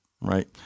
Right